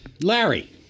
Larry